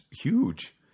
huge